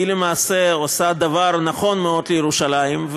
היא למעשה עושה דבר נכון מאוד לירושלים,